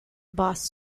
bass